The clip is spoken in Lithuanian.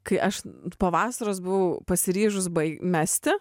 kai aš po vasaros buvau pasiryžus bai mesti